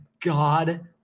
God